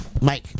Mike